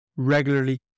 regularly